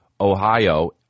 Ohio